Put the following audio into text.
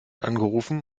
angerufen